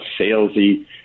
salesy